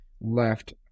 left